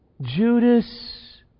Judas